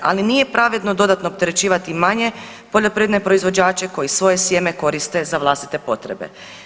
Ali nije pravedno dodatno opterećivati manje poljoprivredne proizvođače koji svoje sjeme koriste za vlastite potrebe.